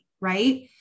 Right